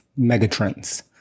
megatrends